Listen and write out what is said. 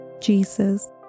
Jesus